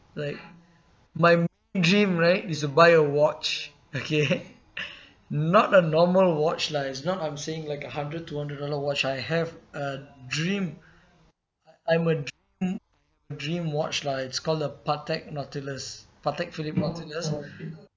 like my dream right is to buy a watch okay not a normal watch lah is not I'm saying like a hundred two hundred dollar watch I have a dream I'm a a dream watch lah it's called a Patek nautilus Patek Phillipe nautilus